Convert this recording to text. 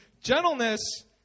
Gentleness